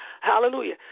hallelujah